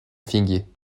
figuier